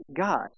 God